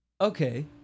Okay